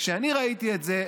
כשאני ראיתי את זה,